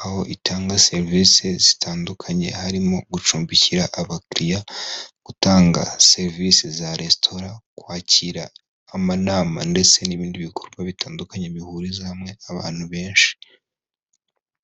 aho itanga serivisi zitandukanye harimo gucumbikira abakiririya, gutanga serivisi za resitara kwakira amanama ndetse n'ibindi bikorwa bitandukanye bihuriza hamwe abantu benshi.